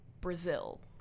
Brazil